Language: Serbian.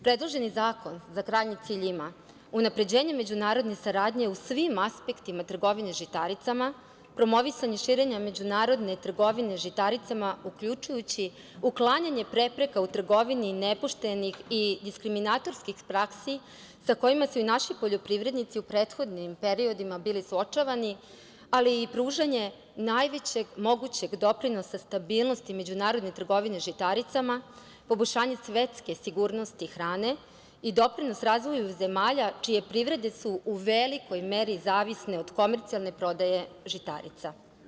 Predloženi zakon za krajnji cilj ima unapređenje međunarodne saradnje u svim aspektima trgovine žitaricama, promovisanje širenja međunarodne trgovine žitaricama uključujući uklanjanje prepreka u trgovini nepoštenih i diskriminatorskih praksi sa kojima su naši poljoprivrednici u prethodnim periodima bili suočavani, ali i pružanje najvećeg mogućeg doprinosa stabilnosti međunarodne trgovine žitaricama, poboljšanje svetske sigurnosti hrane i doprinos razvoju zemalja čije privrede su u velikoj meri zavisne od komercijalne prodaje žitarica.